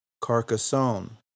Carcassonne